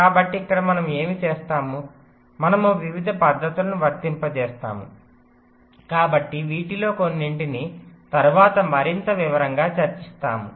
కాబట్టి ఇక్కడ మనం ఏమి చేస్తాము మనము వివిధ పద్ధతులను వర్తింపజేస్తాము కాబట్టి వీటిలో కొన్నింటిని తరువాత మరింత వివరంగా చర్చిస్తాము